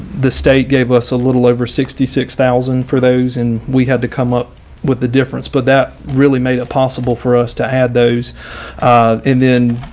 the state gave us a little over sixty six thousand for those and we had to come up with the difference, but that really made it possible for us to add those in then,